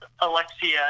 Alexia